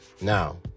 Now